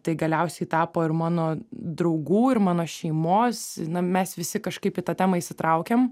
tai galiausiai tapo ir mano draugų ir mano šeimos na mes visi kažkaip į tą temą įsitraukėm